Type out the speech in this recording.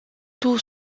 tout